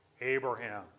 Abraham